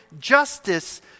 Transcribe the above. justice